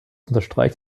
unterstreicht